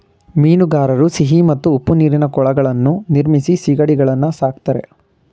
ಮೀನುಗಾರರು ಸಿಹಿ ಮತ್ತು ಉಪ್ಪು ನೀರಿನ ಕೊಳಗಳನ್ನು ನಿರ್ಮಿಸಿ ಸಿಗಡಿಗಳನ್ನು ಸಾಕ್ತರೆ